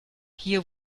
hier